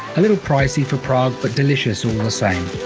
a little pricey for prague but delicious all the